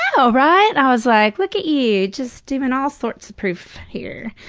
i know, right? i was like, look at you, just doin' all sorts of proof here.